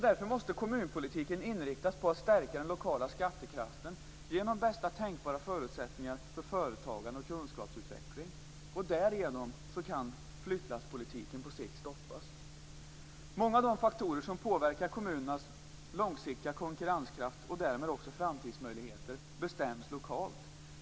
Därför måste kommunpolitiken inriktas på att stärka den lokala skattekraften genom bästa tänkbara förutsättningar för företagande och kunskapsutveckling. Därigenom kan flyttlasspolitiken på sikt stoppas. Många av de faktorer som påverkar kommunernas långsiktiga konkurrenskraft och därmed också framtidsmöjligheter bestäms lokalt.